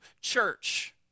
church